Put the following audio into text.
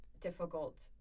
difficult